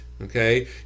Okay